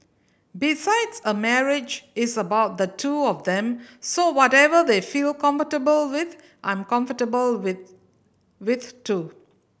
besides a marriage is about the two of them so whatever they feel comfortable with I'm comfortable with with too